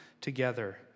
together